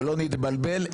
שלא נתבלבל,